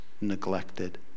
neglected